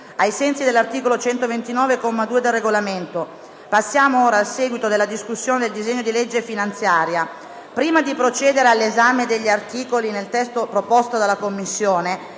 Ai sensi dell'articolo 129, comma 2, del Regolamento, passiamo ora al seguito della discussione del disegno di legge finanziaria. Prima di procedere all'esame degli articoli nel testo proposto dalla Commissione,